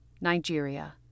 Nigeria